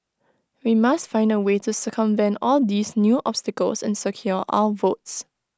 we must find A way to circumvent all these new obstacles and secure our votes